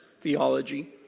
theology